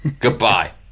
Goodbye